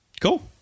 Cool